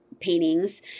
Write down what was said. paintings